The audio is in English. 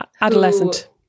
adolescent